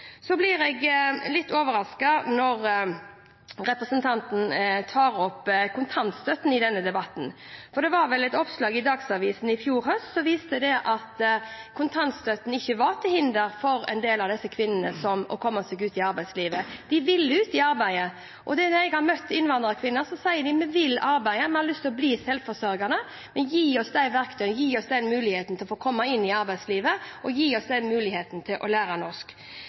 Så blir jeg litt overrasket når representanten tar opp kontantstøtten i denne debatten, for det var vel et oppslag i Dagsavisen i fjor høst som viste at kontantstøtten ikke var til hinder for at en del av disse kvinnene kan komme seg ut i arbeidslivet. De ville ut i arbeid, og når jeg har møtt innvandrerkvinner, sier de: Vi vil arbeide, vi har lyst til å bli selvforsørgende, men gi oss verktøyene, gi oss muligheten til å komme inn i arbeidslivet og gi oss muligheten til å lære norsk.